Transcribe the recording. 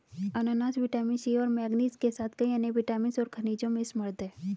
अनन्नास vitamin C और manganese के साथ कई अन्य विटामिन और खनिजों में समृद्ध हैं